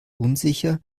unsicher